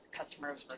customers